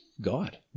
God